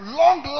long